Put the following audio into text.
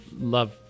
love